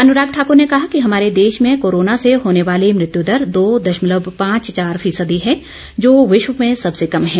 अनुराग ठाक्र ने कहा कि हमारे देश में कोरोना र्से होने वाली मृत्यु दर दो दशमलव पांच चार फीसदी है जो विश्व में सबसे कम है